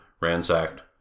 ransacked